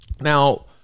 Now